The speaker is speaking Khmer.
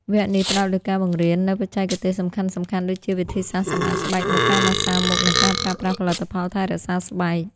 វគ្គនេះផ្តោតលើការបង្រៀននូវបច្ចេកទេសសំខាន់ៗដូចជា វិធីសាស្ត្រសម្អាតស្បែកមុខ ការម៉ាស្សាមុខ និងការប្រើប្រាស់ផលិតផលថែរក្សាស្បែក។